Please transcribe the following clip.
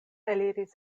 eliris